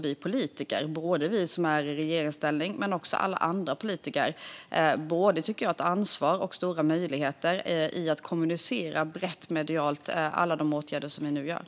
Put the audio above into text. Vi politiker, både vi som är i regeringsställning och alla andra politiker, har både ett ansvar och stora möjligheter när det gäller att brett medialt kommunicera alla åtgärder som nu vidtas.